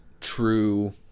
true